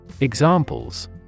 Examples